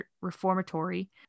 reformatory